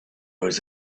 was